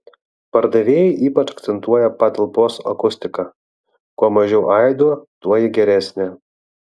pardavėjai ypač akcentuoja patalpos akustiką kuo mažiau aido tuo ji geresnė